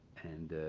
and